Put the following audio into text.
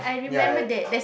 ya